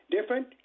Different